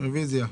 רביזיה.